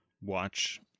watch